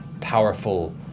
powerful